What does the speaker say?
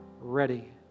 ready